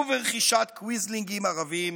וברכישת קוויזלינגים ערבים,